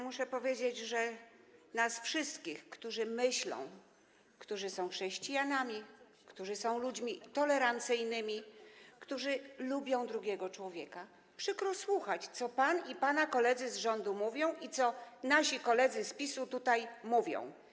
Muszę powiedzieć, że nam wszystkim, którzy myślą, którzy są chrześcijanami, którzy są ludźmi tolerancyjnymi, którzy lubią drugiego człowieka, przykro jest słuchać, co pan i pana koledzy z rządu mówią i co nasi koledzy z PiS-u tutaj mówią.